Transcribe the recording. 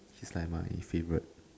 he's like my favourite